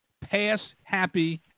pass-happy